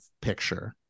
picture